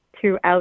throughout